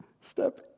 step